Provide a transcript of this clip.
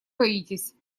боитесь